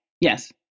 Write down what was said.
Yes